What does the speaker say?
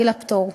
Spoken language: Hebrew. גיל הפטור.